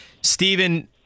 Stephen